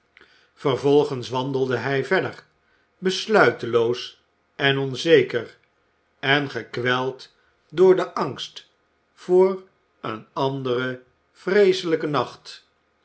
vervolgens wandelde hij verder besluiteloos en onzeker en gekweld door den angst voor een anderen vreeselijken nacht